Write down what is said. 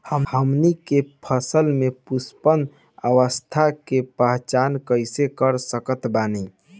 हमनी के फसल में पुष्पन अवस्था के पहचान कइसे कर सकत बानी?